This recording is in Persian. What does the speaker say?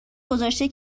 گذاشته